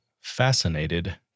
fascinated